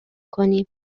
کنیم